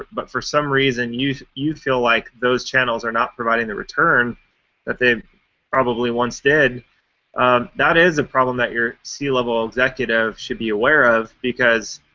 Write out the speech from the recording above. but for some reason you you feel like those channels are not providing the return that they probably once did that is a problem that your c-level executive should be aware of, because